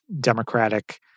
Democratic